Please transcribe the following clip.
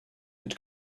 had